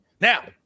Now